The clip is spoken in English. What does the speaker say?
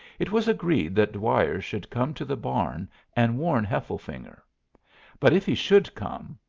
it was agreed that dwyer should come to the barn and warn hefflefinger but if he should come,